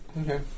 Okay